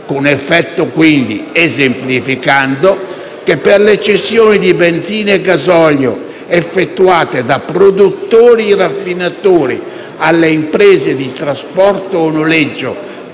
con l'effetto quindi - esemplificando - che per le cessioni di benzina e gasolio effettuate da produttori-raffinatori alle imprese di trasporto o noleggio